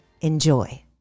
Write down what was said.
Enjoy